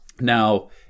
Now